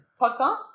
podcast